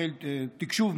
בחיל התקשוב,